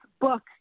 book